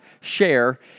share